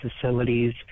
facilities